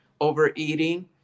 overeating